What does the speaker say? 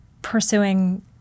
pursuing